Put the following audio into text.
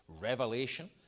revelation